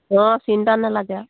অঁ চিন্তা নালাগে